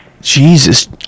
Jesus